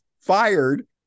fired